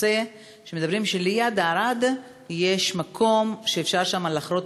מדברים שליד ערד יש מקום שאפשר שם לכרות